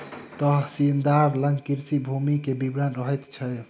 तहसीलदार लग कृषि भूमि के विवरण रहैत छै